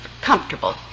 comfortable